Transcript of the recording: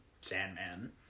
sandman